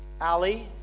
Ali